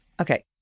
Okay